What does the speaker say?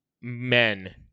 men